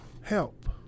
help